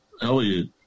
Elliot